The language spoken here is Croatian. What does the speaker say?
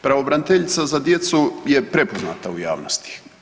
Pravobraniteljica za djecu je prepoznata u javnosti.